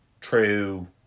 true